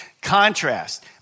Contrast